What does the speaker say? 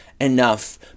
enough